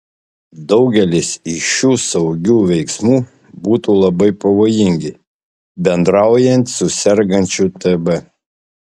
daugelis iš šių saugių veiksmų būtų labai pavojingi bendraujant su sergančiu tb